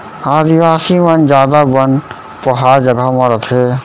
आदिवासी मन जादा बन पहार जघा म रथें